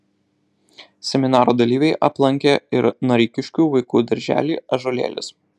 seminaro dalyviai aplankė ir noreikiškių vaikų darželį ąžuolėlis